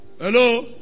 Hello